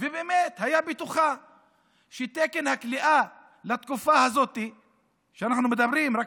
והיה בתוכה שתקן הכליאה לתקופה הזאת שאנחנו מדברים בה,